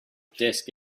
desk